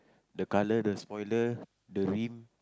the colour the spoiler the rim